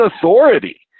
authority